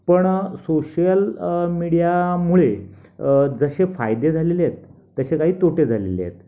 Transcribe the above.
पण सोशल मीडियामुळे जसे फायदे झालेले आहेत तसे काही तोटे झालेले आहेत